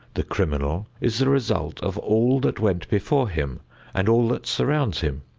the criminal is the result of all that went before him and all that surrounds him.